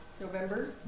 November